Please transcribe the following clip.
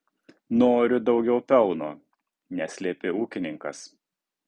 noriu daugiau pelno neslėpė ūkininkas